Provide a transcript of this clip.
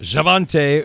Javante